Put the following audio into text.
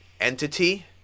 entity